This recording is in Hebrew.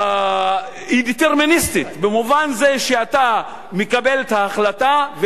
היא דטרמיניסטית במובן זה שאתה מקבל את ההחלטה,